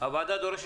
הוועדה ממליצה